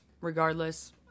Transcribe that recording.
regardless